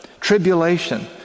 tribulation